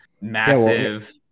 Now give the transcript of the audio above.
massive